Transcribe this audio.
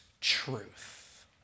truth